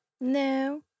No